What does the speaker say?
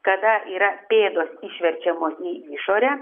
kada yra pėdos išverčiamos į išorę